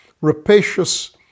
rapacious